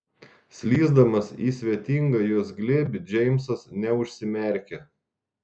slysdamas į svetingą jos glėbį džeimsas neužsimerkė